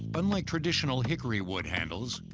but unlike traditional hickory wood handles,